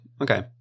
Okay